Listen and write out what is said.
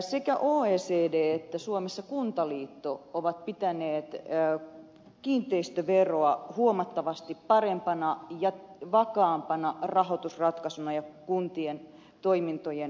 sekä oecd että suomessa kuntaliitto ovat pitäneet kiinteistöveroa huomattavasti parempana ja vakaampana rahoitusratkaisuna kuntien toimintojen takaamiseen